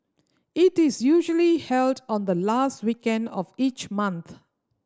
it is usually held on the last weekend of each month